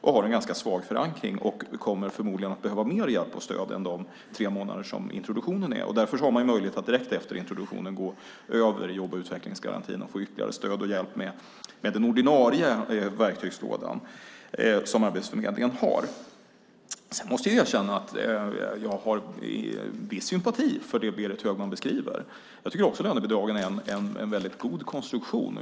De har en ganska svag förankring och kommer förmodligen att behöva mer hjälp och stöd än de tre månader som introduktionen är. Därför har man möjlighet att direkt efter introduktionen gå över i jobb och utvecklingsgarantin och få ytterligare stöd och hjälp med den ordinarie verktygslådan som Arbetsförmedlingen har. Jag måste erkänna att jag känner en viss sympati för det Berit Högman beskriver. Jag tycker också att lönebidragen är en mycket god konstruktion.